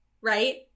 right